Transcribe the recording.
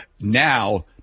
now